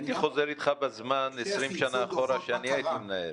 הייתי חוזר איתך בזמן 20 שנה אחורה כשאני הייתי מנהל.